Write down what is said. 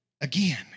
again